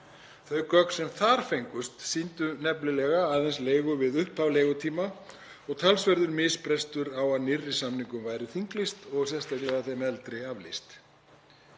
Þau gögn sem þar fengust sýndu nefnilega aðeins leigu við upphaf leigutíma og talsverður misbrestur á að nýrri samningum væri þinglýst og sérstaklega þeim eldri aflýst.